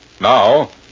Now